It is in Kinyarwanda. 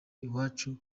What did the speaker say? iwacu